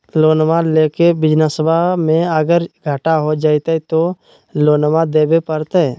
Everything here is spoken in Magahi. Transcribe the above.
लोनमा लेके बिजनसबा मे अगर घाटा हो जयते तो लोनमा देवे परते?